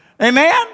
Amen